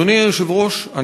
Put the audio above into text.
אדוני היושב-ראש,